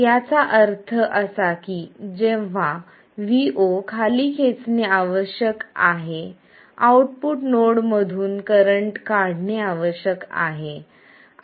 याचा अर्थ असा की जेव्हा vo खाली खेचणे आवश्यक आहे आउटपुट नोड मधून करंट काढणे आवश्यक आहे